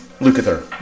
Lukather